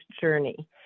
journey